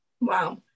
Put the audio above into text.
Wow